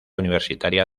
universitaria